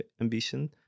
ambition